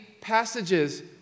passages